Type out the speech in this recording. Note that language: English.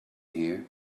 here